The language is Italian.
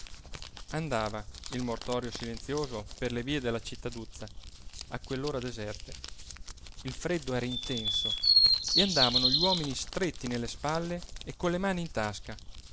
andava il mortorio silenzioso per le vie della cittaduzza a quell'ora deserte il freddo era intenso e andavano gli uomini stretti nelle spalle e con le mani in tasca